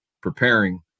preparing